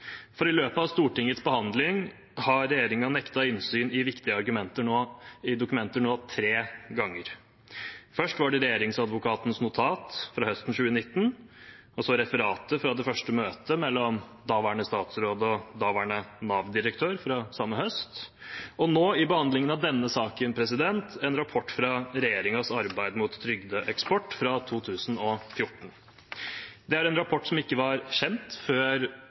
For i løpet av Stortingets behandling har regjeringen nektet innsyn i viktige dokumenter tre ganger. Først var det Regjeringsadvokatens notat fra høsten 2019, og så referatet fra det første møtet mellom daværende statsråd og daværende Nav-direktør fra samme høst, og nå i behandlingen av denne saken en rapport om regjeringens arbeid mot trygdeeksport fra 2014. Det er en rapport som ikke var kjent før